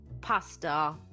pasta